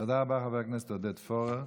תודה רבה, חבר הכנסת עודד פורר.